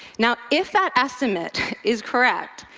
now, if that estimate is correct,